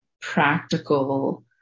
practical